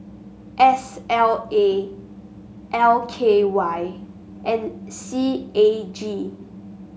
S L A L K Y and C A G